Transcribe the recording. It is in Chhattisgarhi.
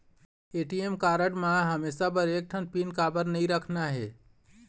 ए.टी.एम कारड म हमेशा बर एक ठन पिन काबर नई रखना हे?